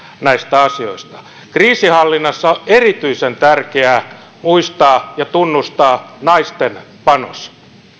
näistä asioista kriisinhallinnassa on erityisen tärkeää muistaa ja tunnustaa naisten panos